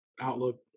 outlook